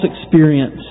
experience